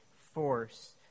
force